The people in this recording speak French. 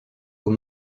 aux